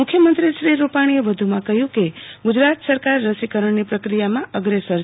મુખ્યમંત્રી શ્રી રૂપાણીએ વધુમાં કહયું કે ગુજરાત સરકાર રસીકરણની પ્રક્રિયામાં અગ્રસર છે